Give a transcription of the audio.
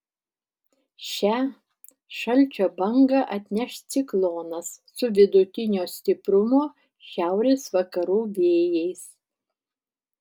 šią šalčio bangą atneš ciklonas su vidutinio stiprumo šiaurės vakarų vėjais